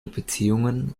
beziehungen